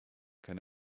can